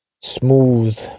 smooth